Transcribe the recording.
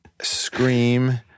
Scream